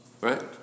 Right